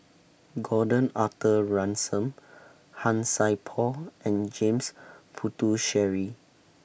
Gordon Arthur Ransome Han Sai Por and James Puthucheary